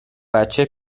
بچه